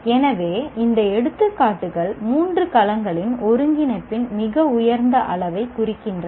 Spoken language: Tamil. எனவே இந்த எடுத்துக்காட்டுகள் மூன்று களங்களின் ஒருங்கிணைப்பின் மிக உயர்ந்த அளவைக் குறிக்கின்றன